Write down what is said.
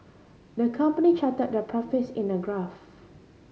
the company charted their profits in a graph